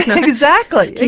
exactly.